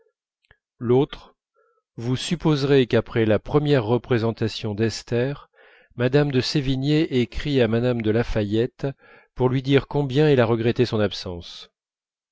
l'autre vous supposerez qu'après la première représentation d'esther mme de sévigné écrit à mme de la fayette pour lui dire combien elle a regretté son absence